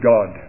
God